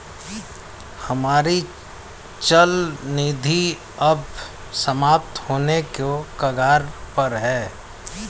हमारी चल निधि अब समाप्त होने के कगार पर है